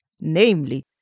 namely